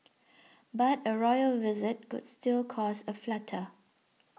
but a royal visit could still cause a flutter